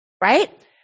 right